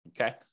Okay